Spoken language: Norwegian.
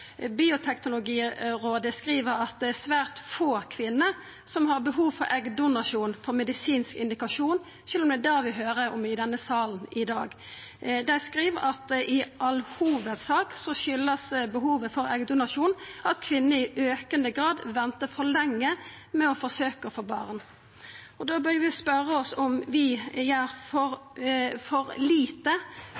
Bioteknologirådet skriv at det er svært få kvinner «som har behov for eggdonasjon på medisinsk indikasjon», sjølv om det er det vi høyrer om i denne salen i dag. Dei skriv at behovet for eggdonasjon «i all hovedsak skyldes at kvinner i økende grad venter lenge med å forsøke å få barn». Da bør vi spørja oss om vi gjer for